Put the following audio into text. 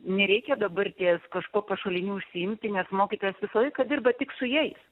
nereikia dabartės kažkuo pašaliniu užsiimti nes mokytojas visą laiką dirba tik su jais